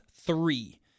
three